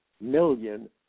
million